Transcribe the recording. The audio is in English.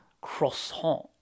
croissant